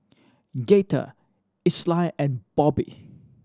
Gaither Isai and Bobbi